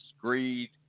greed